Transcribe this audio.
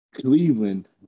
Cleveland